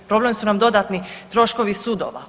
Problem su nam dodatni troškovi sudova.